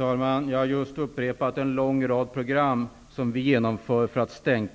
Fru talman! Jag har just upprepat en lång rad program som vi genomför för att